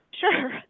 Sure